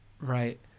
Right